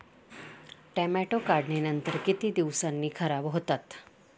Tomato काढणीनंतर किती दिवसांनी खराब होतात?